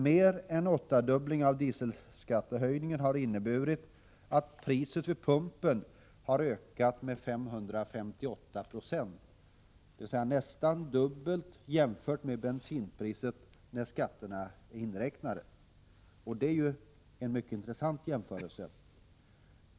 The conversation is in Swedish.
Mer än en åttadubbling av dieselskattehöjningen har inneburit att priset vid pumpen har ökat med 558 90, dvs. nästan dubbelt jämfört med bensinpriset när skatterna är inräknade. Det är ju en mycket intressant jämförelse.